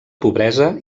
pobresa